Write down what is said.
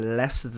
less